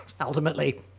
Ultimately